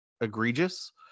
egregious